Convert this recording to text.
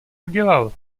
udělal